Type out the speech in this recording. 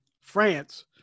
france